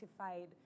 identified